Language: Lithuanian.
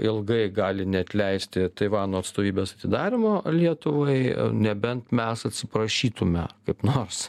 ilgai gali neatleisti taivano atstovybės atidarymo lietuvai nebent mes atsiprašytume kaip nors